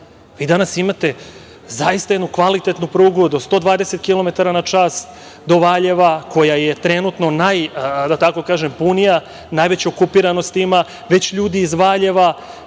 Vi danas imate zaista jednu kvalitetnu prugu do 120 kilometara na čas, do Valjeva koja je trenutno, da tako kažem, najpunija, najveću okupiranost ima, već ljudi iz Valjeva